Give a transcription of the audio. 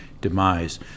demise